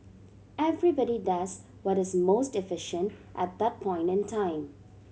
everybody does what is most efficient at that point in time